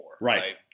Right